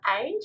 age